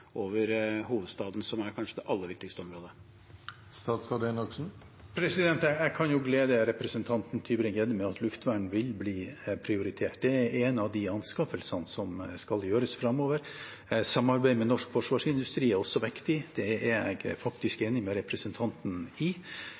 over hovedstaden, som kanskje er det aller viktigste området. Jeg kan glede representanten Tybring-Gjedde med at luftvern vil bli prioritert. Det er én av de anskaffelsene som skal gjøres framover. Samarbeid med norsk forsvarsindustri er også viktig; det er jeg faktisk enig med representanten i.